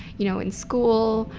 you know, in school,